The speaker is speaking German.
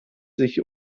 sich